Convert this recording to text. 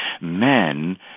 men